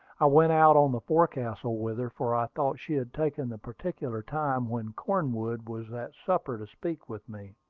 i went out on the forecastle with her, for i thought she had taken the particular time when cornwood was at supper to speak with me.